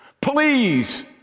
Please